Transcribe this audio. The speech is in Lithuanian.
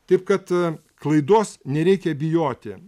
taip kad klaidos nereikia bijoti